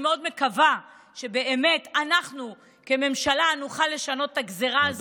אני מאוד מקווה שבאמת אנחנו כממשלה נוכל לשנות את הגזרה הזו,